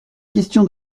question